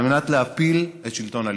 על מנת להפיל את שלטון הליכוד.